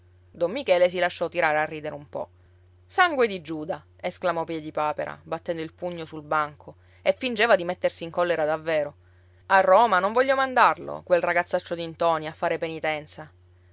don michele si lasciò tirare a ridere un po sangue di giuda esclamò piedipapera battendo il pugno sul banco e fingeva di mettersi in collera davvero a roma non voglio mandarlo quel ragazzaccio di ntoni a fare penitenza